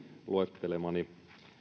luettelemani